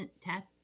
tat